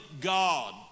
God